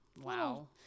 Wow